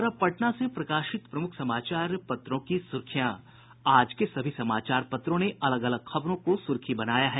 और अब पटना से प्रकाशित प्रमुख समाचार पत्रों की सुर्खियां आज के सभी समाचार ने अलग अलग खबरों को सुर्खी बनाया है